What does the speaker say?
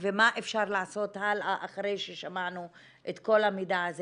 ומה אפשר לעשות הלאה אחרי ששמענו את כל המידע הזה,